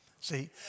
see